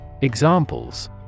Examples